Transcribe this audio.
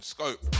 Scope